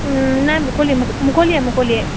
নাই মুকলি মুকলিয়ে মুকলিয়ে